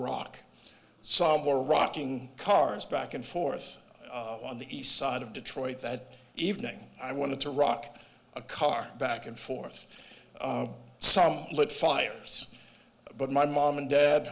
rock some were rocking cars back and forth on the east side of detroit that evening i wanted to rock a car back and forth some lit fires but my mom and dad